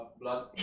Blood